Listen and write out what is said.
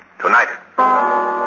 Tonight